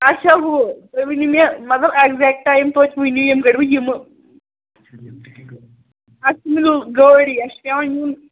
اچھا ہُہ تُہۍ ؤنِو مےٚ مَطلب ایٚکزیک ٹایِم توتہِ ؤنِو یَمہِ گَرِ بہٕ یِمہٕ اَسہِ میلہِ گٲڑۍ اسہِ چھُ پیٚوان نِیُن